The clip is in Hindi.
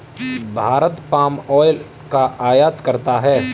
भारत पाम ऑयल का आयात करता है